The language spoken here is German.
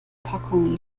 packung